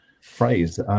phrase